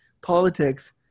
politics